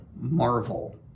marvel